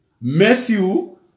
Matthew